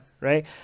right